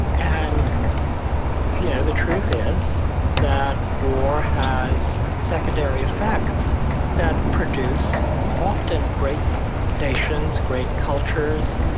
and yeah, the truth is that war has secondary effects that produce, often, great nations, great cultures,